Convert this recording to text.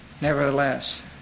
Nevertheless